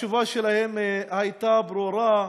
התשובה שלהם הייתה ברורה: